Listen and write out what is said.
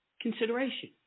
consideration